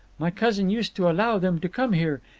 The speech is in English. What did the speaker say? my cousin used to allow them to come here,